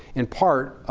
in part,